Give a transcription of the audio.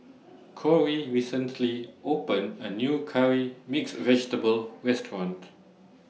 Corey recently opened A New Curry Mixed Vegetable Restaurant